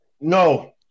No